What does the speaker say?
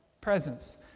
presence